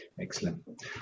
excellent